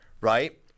right